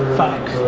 fuck.